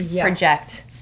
project